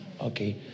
okay